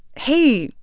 hey,